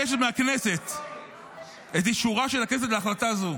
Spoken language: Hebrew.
מהכנסת את אישורה של הכנסת להחלטה זו.